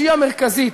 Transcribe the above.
שהיא המרכזית,